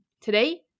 Today